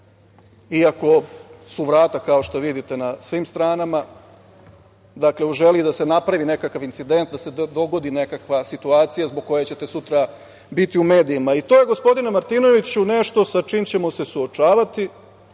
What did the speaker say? iako su vrata, kao što vidite, na svim stranama. Dakle, u želji da se napravi nekakav incident, da se dogodi nekakva situacija zbog koje ćete sutra biti u medijima. To je, gospodine Martinoviću, nešto sa čime ćemo se suočavati.